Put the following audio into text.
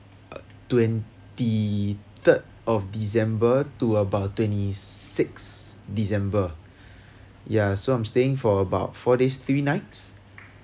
twenty third of december to about twenty six december ya so I'm staying for about four days three nights